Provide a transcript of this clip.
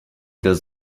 does